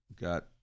got